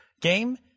game